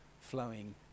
flowing